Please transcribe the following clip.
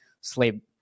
sleep